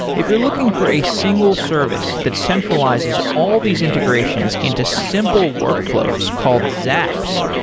if you're looking for a single service that centralizes all these integrations into simple workflows called zaps,